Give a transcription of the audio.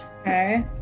Okay